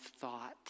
thought